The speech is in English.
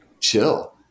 chill